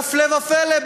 והפלא ופלא,